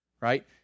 right